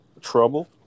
Trouble